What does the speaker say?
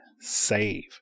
save